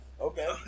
Okay